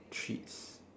treats